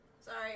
Sorry